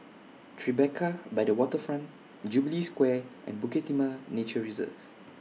Tribeca By The Waterfront Jubilee Square and Bukit Timah Nature Reserve